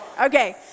Okay